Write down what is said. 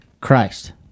Christ